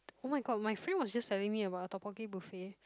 [oh]-my-god my friend was just telling me about the tteokbokki buffet